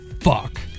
fuck